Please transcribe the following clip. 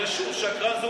השר אקוניס.